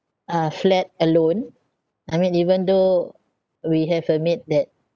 uh flat alone I mean even though we have a maid that